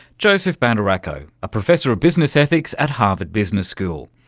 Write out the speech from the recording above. joseph badaracco, a professor of business ethics at harvard business school.